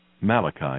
Malachi